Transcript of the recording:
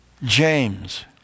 James